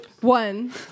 One